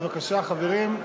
בבקשה, חברים.